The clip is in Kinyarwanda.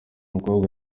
mukobwa